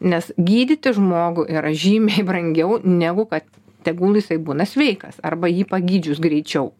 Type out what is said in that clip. nes gydyti žmogų yra žymiai brangiau negu kad tegul jisai būna sveikas arba jį pagydžius greičiau